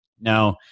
Now